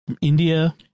India